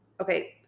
Okay